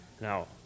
Now